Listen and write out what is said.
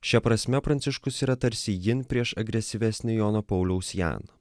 šia prasme pranciškus yra tarsi jin prieš agresyvesnį jono pauliaus jan